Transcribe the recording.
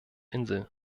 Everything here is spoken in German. insel